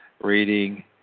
reading